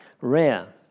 rare